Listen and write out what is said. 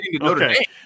Okay